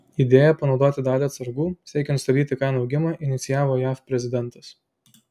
idėją panaudoti dalį atsargų siekiant sustabdyti kainų augimą inicijavo jav prezidentas